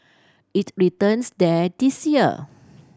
it returns there this year